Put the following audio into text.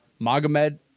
Magomed